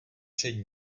před